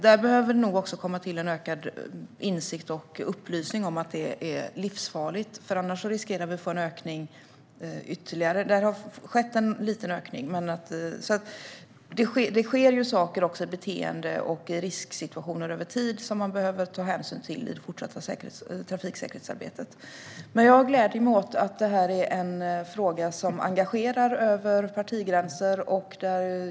Där behövs det en ökad insikt och upplysning om att det är livsfarligt. Annars riskerar vi att få en ytterligare ökning. Det sker också saker i beteende och risksituationer över tid som man behöver ta hänsyn till i det fortsatta trafiksäkerhetsarbetet. Men jag gläder mig åt att det här är en fråga som engagerar över partigränserna.